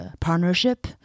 partnership